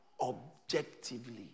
objectively